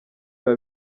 biba